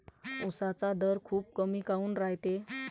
उसाचा दर खूप कमी काऊन रायते?